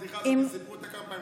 את הבדיחה הזאת סיפרו כמה פעמים.